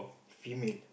female